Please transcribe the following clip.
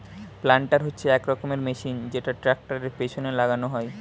planter হচ্ছে এক রকমের মেশিন যেটা ট্র্যাক্টরের পেছনে লাগানো হয়